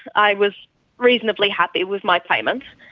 i was reasonably happy with my payment.